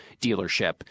dealership